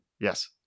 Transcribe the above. Yes